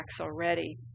already